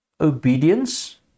obedience